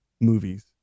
movies